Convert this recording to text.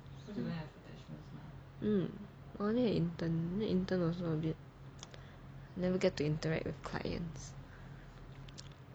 um only an intern intern also a bit never get to interact with clients